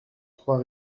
trois